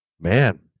Man